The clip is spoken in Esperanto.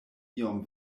iom